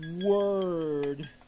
word